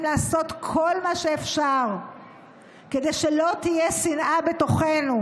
לעשות כל מה שאפשר כדי שלא תהיה שנאה בתוכנו.